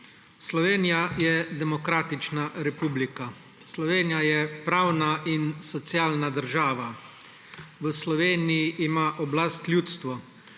Slovenija je demokratična republika. Slovenija je pravna in socialna država. V Sloveniji ima oblast ljudstvo.